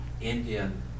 Indian